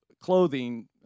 clothing